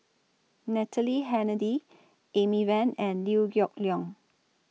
Natalie Hennedige Amy Van and Liew Geok Leong